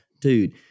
dude